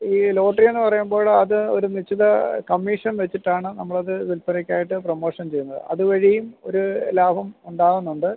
ഈ ലോട്ടറിയെന്ന് പറയുമ്പോൾ അത് ഒരു നിശ്ചിത കമ്മീഷൻ വെച്ചിട്ടാണ് നമ്മളത് വില്പനയ്ക്കായിട്ട് പ്രമോഷൻ ചെയ്യുന്നത് അത് വഴിയും ഒരു ലാഭം ഉണ്ടാവുന്നുണ്ട്